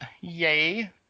yay